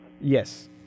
Yes